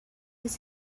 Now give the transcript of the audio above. his